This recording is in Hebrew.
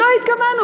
לא התכוונו.